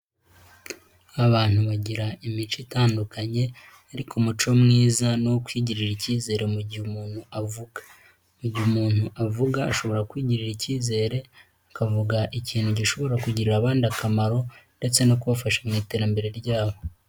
Abantu bagira imico itandukanye, ariko umuco mwiza ni ukwigirira icyizere mu gihe umuntu avuga. Igihe umuntu avuga, ashobora kwigirira icyizere akavuga ikintu gishobora kugirira abandi akamaro, ndetse no kubafasha mu iterambere ryabo.